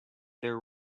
there